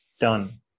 done